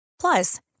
Plus